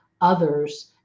others